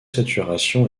saturation